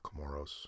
Comoros